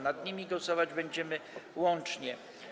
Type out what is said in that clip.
Nad nimi głosować będziemy łącznie.